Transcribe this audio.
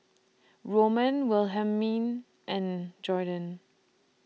Roman Wilhelmine and Jorden